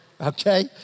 okay